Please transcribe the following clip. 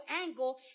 angle